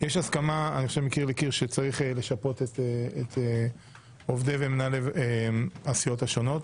יש הסכמה מקיר לקיר שצריך לשפות את עובדי ומנהלי הסיעות השונות.